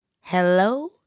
Hello